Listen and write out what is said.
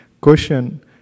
Question